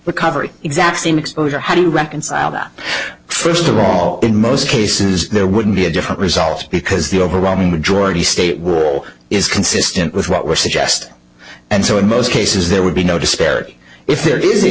recovery exact same exposure how do you reconcile that first of all in most cases there would be a different result because the overwhelming majority state will is consistent with what we're suggesting and so in most cases there would be no disparity if there is a